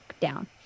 down